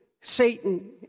Satan